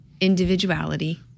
individuality